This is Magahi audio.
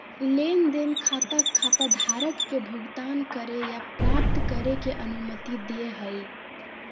लेन देन खाता खाताधारक के भुगतान करे या प्राप्त करे के अनुमति दे हइ